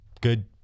good